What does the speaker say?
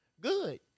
Good